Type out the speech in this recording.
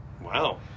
Wow